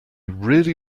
really